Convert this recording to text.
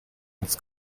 als